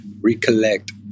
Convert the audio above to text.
recollect